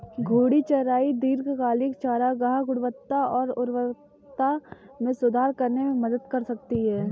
घूर्णी चराई दीर्घकालिक चारागाह गुणवत्ता और उर्वरता में सुधार करने में मदद कर सकती है